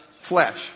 flesh